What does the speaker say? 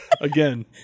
Again